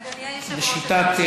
אוה, זה לא טוב.